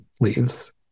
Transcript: leaves